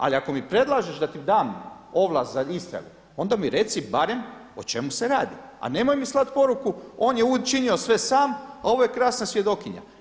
Ali ako mi predlažeš da ti dam ovlast za istragu onda mi reci barem o čemu se radi a nemoj mi slati poruku on je učinio sve sam a ovo je krasna svjedokinja.